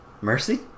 Mercy